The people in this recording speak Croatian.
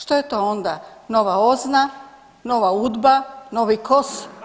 Što je to onda, nova OZNA, nova UDBA, novi KOS.